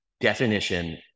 definition